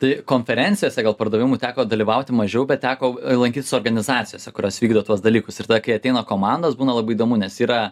tai konferencijose gal pardavimų teko dalyvauti mažiau bet teko lankytis organizacijose kurios vykdo tuos dalykus ir tada kai ateina komandos būna labai įdomu nes yra